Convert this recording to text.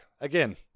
again